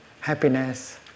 happiness